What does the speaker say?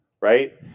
Right